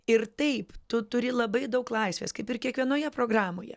ir taip tu turi labai daug laisvės kaip ir kiekvienoje programoje